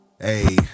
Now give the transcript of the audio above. Hey